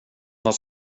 vad